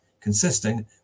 consisting